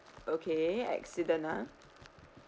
okay accident ah